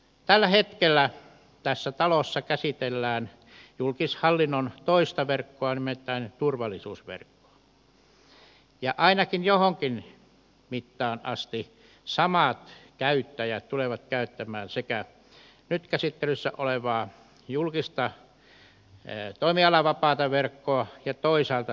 tällä hetkellä tässä talossa käsitellään julkishallinnon toista verkkoa nimittäin turvallisuusverkkoa ja ainakin johonkin mittaan asti samat käyttäjät tulevat käyttämään sekä nyt käsittelyssä olevaa julkista toimialavapaata verkkoa ja toisaalta sitten turvallisuusverkkoa